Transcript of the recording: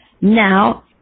now